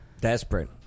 Desperate